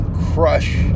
crush